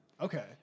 Okay